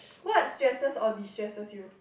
what stresses or destresses you